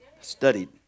Studied